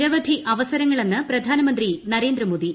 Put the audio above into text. നിരവധി അവസരങ്ങളെന്ന് പ്രധാനമന്ത്രി നരേന്ദ്രമോദി